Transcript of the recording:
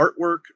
artwork